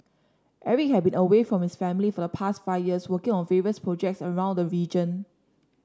Eric had been away from his family for the past five years working on various projects around the region